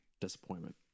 disappointment